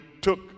took